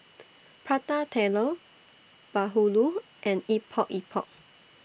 Prata Telur Bahulu and Epok Epok